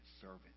servant